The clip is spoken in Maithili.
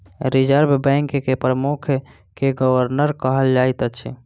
रिजर्व बैंक के प्रमुख के गवर्नर कहल जाइत अछि